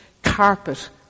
carpet